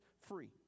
free